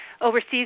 overseas